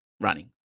running